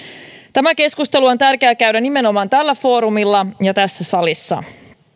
tämä keskustelu on tärkeä käydä nimenomaan tällä foorumilla ja tässä salissa